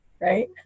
Right